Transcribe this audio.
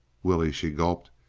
willie, she gulped,